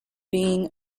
being